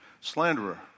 slanderer